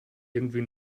irgendwie